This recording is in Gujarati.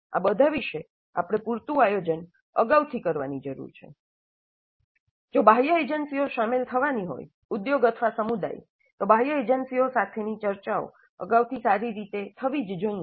આ બધા વિષે આપણે પૂરતું આયોજન અગાઉથી કરવાની જરૂર છે જો બાહ્ય એજન્સીઓ સામેલ થવાની હોય ઉદ્યોગ અથવા સમુદાય તો બાહ્ય એજન્સીઓ સાથેની ચર્ચાઓ અગાઉથી સારી રીતે થવી જ જોઇએ